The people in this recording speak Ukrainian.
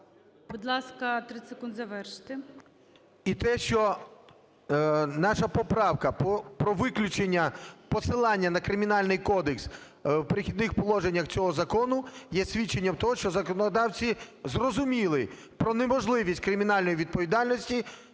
І те, що наша поправка про виключення, посилання на Кримінальний кодекс в "Перехідних положеннях" цього закону є свідченням того, що законодавці зрозуміли про неможливість кримінальної відповідальності